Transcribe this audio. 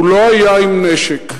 הוא לא היה עם נשק.